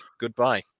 goodbye